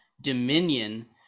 Dominion